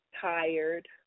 tired